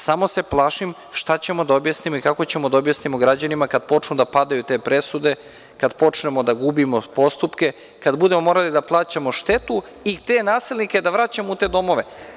Samo se plašim šta ćemo i kako ćemo da objasnimo građanima kad počnu da padaju te presude, kad počnemo da gubimo postupke, kad budemo morali da plaćamo štetu i te nasilnike da vraćamo u te domove?